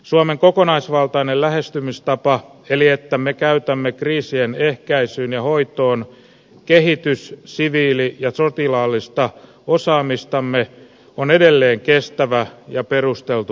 suomen kokonaisvaltainen lähestymistapa eli se että me käytämme kriisien ehkäisyyn ja hoitoon kehitys siviili ja sotilaallista osaamistamme on edelleen kestävä ja perusteltu toimintatapa